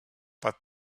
but